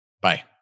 Bye